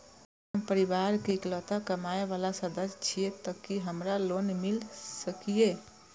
अगर हम परिवार के इकलौता कमाय वाला सदस्य छियै त की हमरा लोन मिल सकीए?